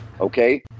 okay